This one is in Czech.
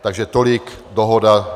Takže tolik dohoda.